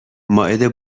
مائده